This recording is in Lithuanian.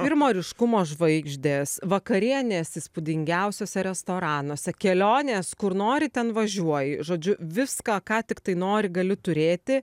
pirmo ryškumo žvaigždės vakarienės įspūdingiausiose restoranuose kelionės kur nori ten važiuoji žodžiu viską ką tiktai nori gali turėti